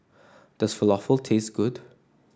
does Falafel taste good